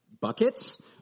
Buckets